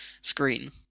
screen